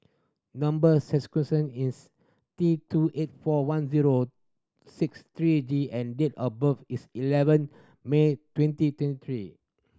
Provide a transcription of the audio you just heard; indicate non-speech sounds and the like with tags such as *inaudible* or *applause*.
number *unintelligible* is T two eight four one zero six three G and date of birth is eleven May twenty twenty three